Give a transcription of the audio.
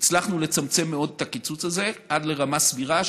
הצלחנו לצמצם מאוד את הקיצוץ הזה, עד לרמה סבירה.